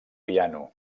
piano